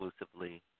exclusively